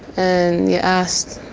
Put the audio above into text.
and you ask,